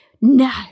No